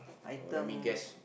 oh let me guess